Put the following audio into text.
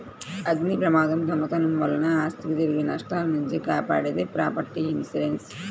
అగ్నిప్రమాదం, దొంగతనం వలన ఆస్తికి జరిగే నష్టాల నుంచి కాపాడేది ప్రాపర్టీ ఇన్సూరెన్స్